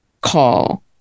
call